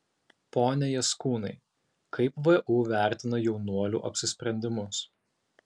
pone jaskūnai kaip vu vertina jaunuolių apsisprendimus